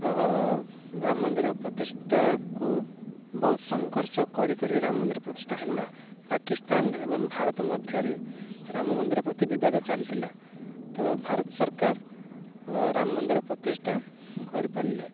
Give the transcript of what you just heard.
ରାମ ମନ୍ଦିର ପ୍ରତିଷ୍ଠାକୁ ବହୁତ ସଂଘର୍ଷ କରି କରି ରାମ ମନ୍ଦିର ପ୍ରତିଷ୍ଠା ହେଲା ପାକିସ୍ତାନ ଏବଂ ଭାରତ ମଧ୍ୟରେ ରାମ ମନ୍ଦିର ପ୍ରତି ବିବାଦ ଚାଲିଥିଲା ତ ଭାରତ ସରକାର ରାମ ମନ୍ଦିର ପ୍ରତିଷ୍ଠା କରିପାରିଲେ